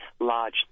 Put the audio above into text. large